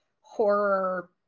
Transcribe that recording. horror